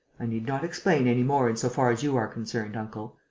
i need not explain any more in so far as you are concerned, uncle.